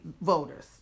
voters